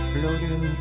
Floating